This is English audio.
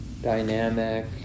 dynamic